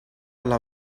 alla